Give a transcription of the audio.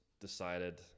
decided